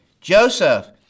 Joseph